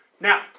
Now